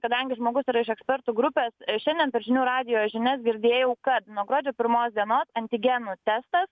kadangi žmogus yra iš ekspertų grupės šiandien per žinių radijo žinias girdėjau kad nuo gruodžio pirmos dienos antigenų testas